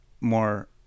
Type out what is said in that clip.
more